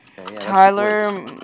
Tyler